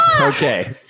Okay